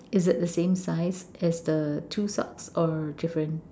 is it the same size as the two socks or different